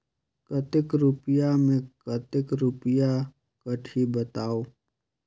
कतेक रुपिया मे कतेक रुपिया कटही बताव?